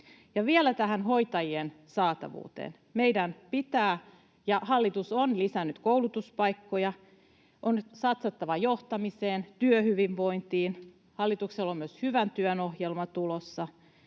vielä tähän hoitajien saatavuuteen: Meidän pitää lisätä, ja hallitus on lisännyt, koulutuspaikkoja, on nyt satsattava johtamiseen, työhyvinvointiin. Hallituksella on myös Hyvän työn ohjelma tulossa.